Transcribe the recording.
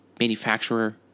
manufacturer